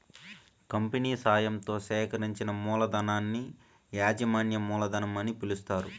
company సాయంతో సేకరించిన మూలధనాన్ని యాజమాన్య మూలధనం అని పిలుస్తారు